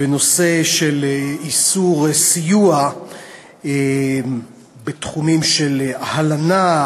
בנושא של איסור סיוע בתחומים של הלנה,